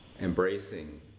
Embracing